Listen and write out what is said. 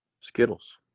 Skittles